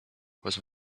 was